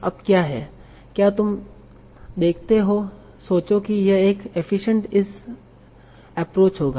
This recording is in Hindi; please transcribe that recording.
अब क्या है क्या तुम देखते हो सोचो कि यह एक एफिसियंट इस एप्रोच होगा